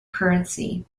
currency